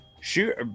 shoot